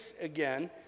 again